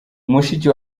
mushiki